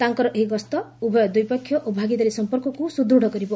ତାଙ୍କର ଏହି ଗସ୍ତ ଉଭୟ ଦ୍ୱିପକ୍ଷୀୟ ଓ ଭାଗିଦାରୀ ସଂପର୍କକୁ ସୁଦୃଢ଼ କରିବ